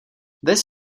this